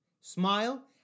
Smile